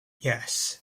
yes